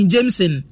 Jameson